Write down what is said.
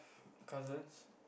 cousins